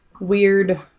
weird